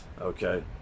Okay